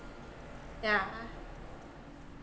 yeah